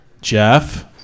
Jeff